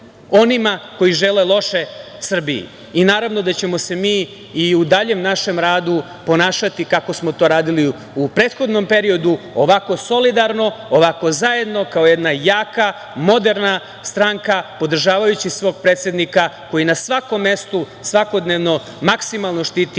koji žele loše Srbiji. Naravno da ćemo se mi i u daljem našem radu ponašati kako smo to radili i u prethodnom periodu, ovako solidarno, ovako zajedno, kao jedna jaka, moderna stranka, podržavajući svog predsednika koji na svakom mestu, svakodnevno, maksimalno štiti